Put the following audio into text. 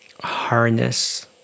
harness